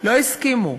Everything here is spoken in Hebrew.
לא הסכימו.